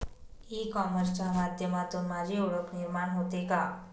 E कॉमर्सच्या माध्यमातून माझी ओळख निर्माण होते का?